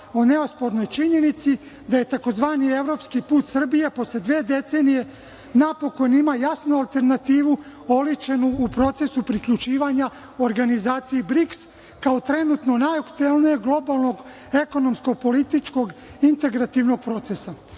o neospornoj činjenici da tzv. evropski put Srbije posle dve decenije napokon ima jasnu alternativu oličenu u procesu priključivanju organizaciji BRIKS kao trenutnom najaktuelnijeg globalnog ekonomsko-političkog integrativnog